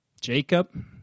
Jacob